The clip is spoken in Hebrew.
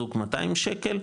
זוג 200 שקל,